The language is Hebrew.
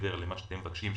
מעבר למה שאתם מבקשים.